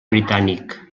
britànic